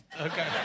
Okay